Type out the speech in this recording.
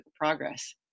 progress